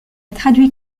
traduit